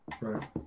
Right